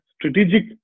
strategic